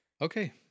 Okay